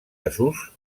desús